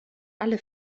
alle